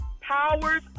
powers